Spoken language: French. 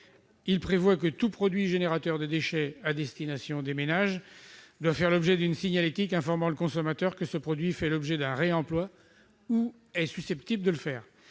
à prévoir que tout produit générateur de déchets mis sur le marché à destination des ménages fait l'objet d'une signalétique informant le consommateur que ce produit fait l'objet d'un réemploi ou est susceptible de le faire.